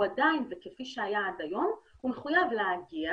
הוא עדיין וכפי שהיה עד היום מחויב להגיע